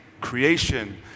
creation